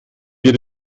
wir